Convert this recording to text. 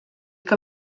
que